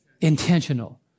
Intentional